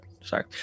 Sorry